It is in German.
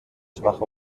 schwach